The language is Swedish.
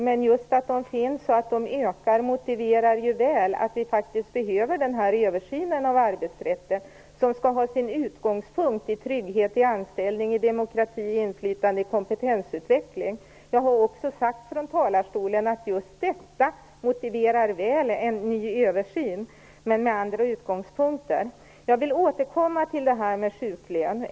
Men just att de finns och att de ökar motiverar väl en översyn av arbetsrätten, som skall ha sin utgångspunkt i trygghet, i anställning, i demokrati, i inflytande och i kompentensutveckling. Jag har också sagt från talarstolen att just detta väl motiverar en ny översyn, men med andra utgångspunkter. Jag vill återkomma till det här med sjuklön.